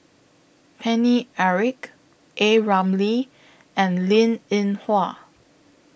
Paine Eric A Ramli and Linn in Hua